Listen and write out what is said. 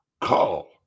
call